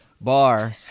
bar